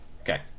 Okay